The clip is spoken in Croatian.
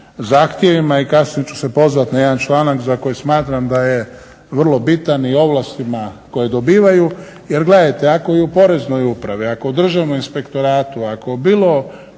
zahtjevima i kasnije ću se pozvat na jedan članak za koji smatram da je vrlo bitan i ovlastima koje dobivaju. Jer gledajte, ako i u Poreznoj upravi, ako u Državnom inspektoratu, ako bilo